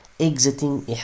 Exiting